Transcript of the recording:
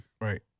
Right